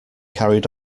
carried